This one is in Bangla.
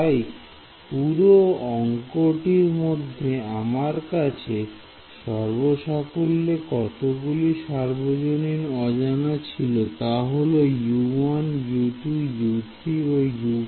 তাই পুরো অংকটির মধ্যে আমার কাছে সর্বসাকুল্যে কতগুলি সার্বজনীন অজানা ছিল তা হল U1 U2 U3 ও U4